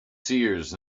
seers